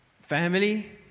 Family